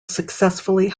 successfully